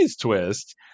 twist